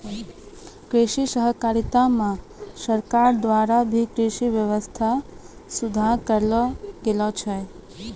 कृषि सहकारिता मे सरकार द्वारा भी कृषि वेवस्था सुधार करलो गेलो छै